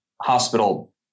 hospital